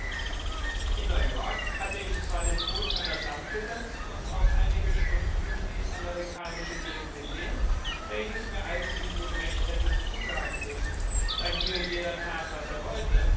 in neuyork hatte ich zwar den fuß an das land gesetzt und auf einige stunden dies amerikanische leben gesehen welches mir eigentlich nun recht hätte zusagen müssen da hier jeder tat was er wollte